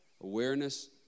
Awareness